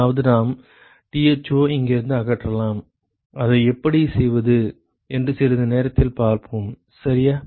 அதாவது நாம் Tho இங்கிருந்து அகற்றலாம் அதை எப்படி செய்வது என்று சிறிது நேரத்தில் பார்ப்போம் சரியா